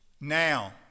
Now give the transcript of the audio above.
Now